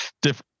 different